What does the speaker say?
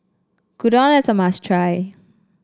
gyudon is a must try